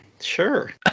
Sure